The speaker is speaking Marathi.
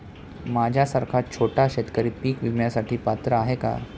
माझ्यासारखा छोटा शेतकरी पीक विम्यासाठी पात्र आहे का?